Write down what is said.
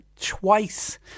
twice